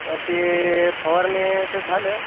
त्या ते फवारणे तर झालं